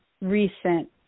recent